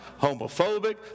homophobic